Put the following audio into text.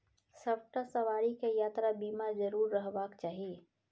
सभटा सवारीकेँ यात्रा बीमा जरुर रहबाक चाही